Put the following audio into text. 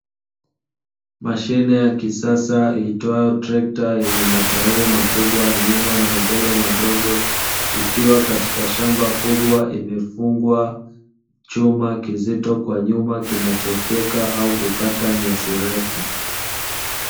Mashine ya kisasa iitwayo trekta yenye matairi makubwa ya nyuma na ya mbele madogo, ikiwa katika shamba kubwa imefungwa chuma kizito kwa nyuma kinachofyeka au kukata nyasirefu.